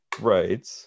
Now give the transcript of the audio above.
Right